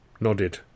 nodded